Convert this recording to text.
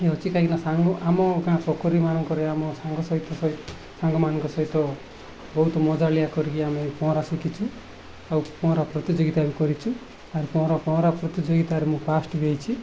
ଇଏ ଅଛି କାହିଁକିନା ସାଙ୍ଗ ଆମ ଗାଁ ପୋଖରୀମାନଙ୍କରେ ଆମ ସାଙ୍ଗ ସହିତ ସାଙ୍ଗମାନଙ୍କ ସହିତ ବହୁତ ମଜାଳିଆ କରିକି ଆମେ ପହଁରା ଶିଖିଛୁ ଆଉ ପହଁରା ପ୍ରତିଯୋଗିତା ବି କରିଛୁ ଆର୍ ପହଁରା ପହଁରା ପ୍ରତିଯୋଗିିତାରେ ମୁଁ ଫାଷ୍ଟ ବି ହେଇଛି